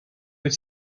wyt